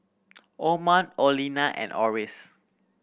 Amon Orlena and Oris